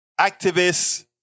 activists